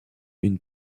une